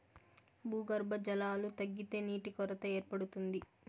భూగర్భ జలాలు తగ్గితే నీటి కొరత ఏర్పడుతుంది